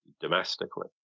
domestically